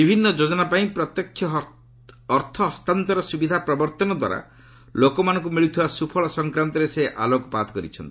ବିଭିନ୍ନ ଯୋଜନା ପାଇଁ ପ୍ରତ୍ୟକ୍ଷ ଅର୍ଥ ହସ୍ତାନ୍ତର ସୁବିଧା ପ୍ରବର୍ତ୍ତନ ଦ୍ୱାରା ଲୋକମାନଙ୍କୁ ମିଳୁଥିବା ସୁଫଳ ସଂକ୍ରାନ୍ତରେ ସେ ଆଲୋକପାତ କରିଛନ୍ତି